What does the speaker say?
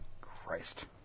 Christ